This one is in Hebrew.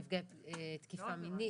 נפגעי תקיפה מינית,